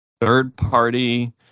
Third-party